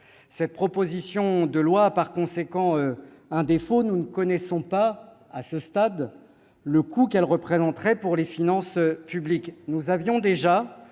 Cette proposition de loi a, par conséquent, un défaut : nous ne connaissons pas, à ce stade, le coût qu'elle représenterait pour les finances publiques. Le mois